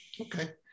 Okay